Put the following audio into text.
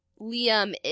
Liam